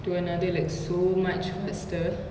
to another like so much but still